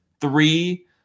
three